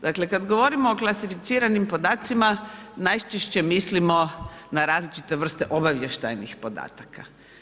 Dakle, kad govorimo o klasificiranim podacima najčešće mislimo na različite vrste obavještajnih podataka.